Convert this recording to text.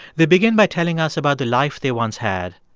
they begin by telling us about the life they once had,